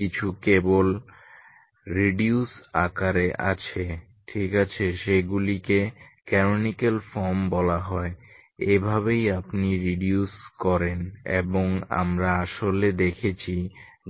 কিছু কেবল রিডিউস আকারে আছে ঠিক আছে সেগুলিকে ক্যানোনিকাল ফর্ম বলা হয় এভাবেই আপনি রিডিউস করেন এবং আমরা আসলে দেখেছি